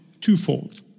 twofold